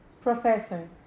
Professor